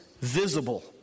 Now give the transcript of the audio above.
visible